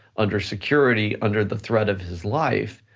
under security, under the threat of his life,